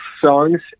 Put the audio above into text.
songs